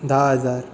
धा हजार